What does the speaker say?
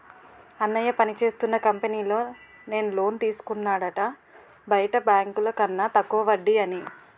అన్నయ్య పనిచేస్తున్న కంపెనీలో నే లోన్ తీసుకున్నాడట బయట బాంకుల కన్న తక్కువ వడ్డీ అని